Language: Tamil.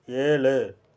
ஏழு